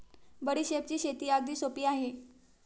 बडीशेपची शेती अगदी सोपी आहे